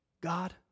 God